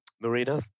Marina